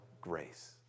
grace